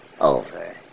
over